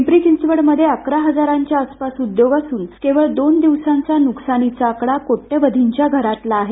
पिंपरी चिंचवडमध्ये अकरा हजाराच्या आसपास उद्योग असून केवळ दोन दिवसांचा नुकसानाचा आकडा कोट्यवधीच्या घरातला आहे